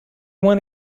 want